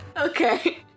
Okay